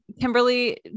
Kimberly